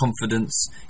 confidence